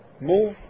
move